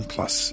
Plus